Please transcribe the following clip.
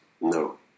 No